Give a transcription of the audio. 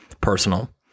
personal